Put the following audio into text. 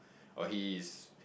or he is